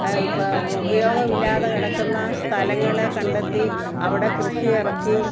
ആ ഇപ്പോൾ ഉപയോഗമില്ലാത്ത കിടക്കുന്ന സ്ഥലങ്ങളെ കണ്ടെത്തി അവിടെ കൃഷിയിറക്കി